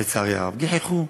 לצערי הרב, גיחכו.